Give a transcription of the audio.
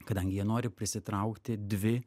kadangi jie nori prisitraukti dvi